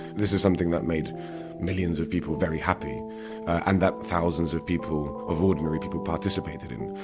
this is something that made millions of people very happy and that thousands of people, of ordinary people, participated in.